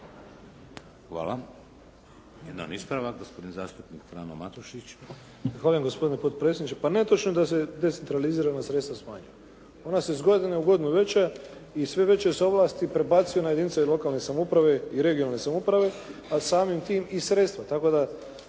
Hvala. Jedan ispravak, gospodin zastupnik Frano Matušić. **Matušić, Frano (HDZ)** Zahvaljujem. Gospodine potpredsjedniče. Pa netočno je da se decentralizirana sredstva smanjuju. Ona su iz godine u godinu veća i sve veće se ovlasti prebacuju na jedinice lokalne samouprave i regionalne samouprave a samim tim i sredstva,